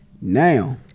Now